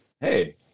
hey